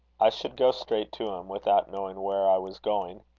i should go straight to him, without knowing where i was going.